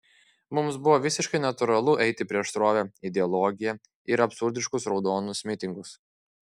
mums buvo visiškai natūralu eiti prieš srovę ideologiją ir absurdiškus raudonus mitingus